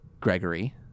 Gregory